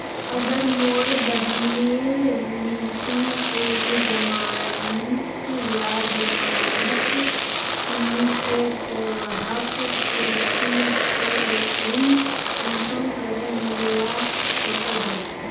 अगर मोर बहिनेर लिकी कोई जमानत या जमानत नि छे ते वाहक कृषि ऋण कुंसम करे मिलवा सको हो?